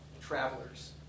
travelers